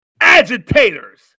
agitators